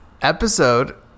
episode